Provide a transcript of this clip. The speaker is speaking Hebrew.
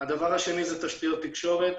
הדבר השני זה תשתיות תקשורת.